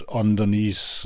underneath